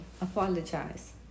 apologize